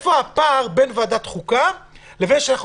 איפה הפער בין ועדת חוקה לבין שאנחנו